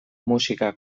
musika